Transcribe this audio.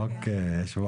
אני מכיר